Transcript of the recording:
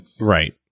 Right